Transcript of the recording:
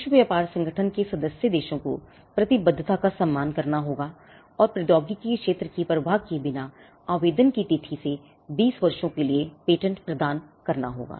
विश्व व्यापार संगठन के सदस्य देशों को प्रतिबद्धता का सम्मान करना होता है और प्रौद्योगिकी के क्षेत्र की परवाह किए बिना आवेदन के तिथि से 20 वर्षों के लिए पेटेंट प्रदान करना होगा